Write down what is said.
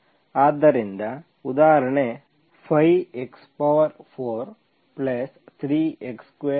ಆದ್ದರಿಂದ ಉದಾಹರಣೆ